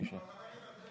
אבל חבר הכנסת ארבל,